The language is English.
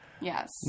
Yes